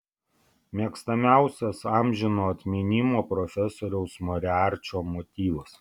mėgstamiausias amžino atminimo profesoriaus moriarčio motyvas